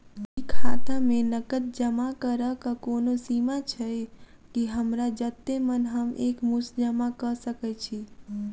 की खाता मे नगद जमा करऽ कऽ कोनो सीमा छई, की हमरा जत्ते मन हम एक मुस्त जमा कऽ सकय छी?